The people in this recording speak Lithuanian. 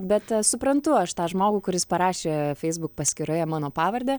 bet suprantu aš tą žmogų kuris parašė feisbuk paskyroje mano pavardę